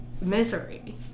misery